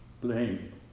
blame